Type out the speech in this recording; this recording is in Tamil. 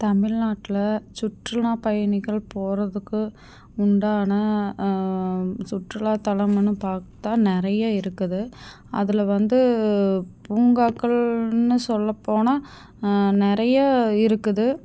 தமிழ்நாட்டில் சுற்றுலா பயணிகள் போகிறதுக்கு உண்டான சுற்றுலாத்தலம்னு பார்த்தா நிறையா இருக்குது அதில் வந்து பூங்காக்கள்னு சொல்ல போனால் நிறைய இருக்குது